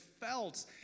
felt